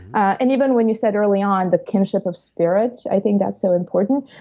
and even when you said early on, the kinship of spirit, i think that's so important.